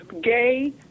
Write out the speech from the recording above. gay